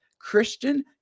Christian